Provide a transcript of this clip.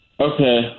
Okay